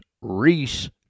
Reese